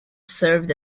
served